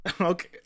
Okay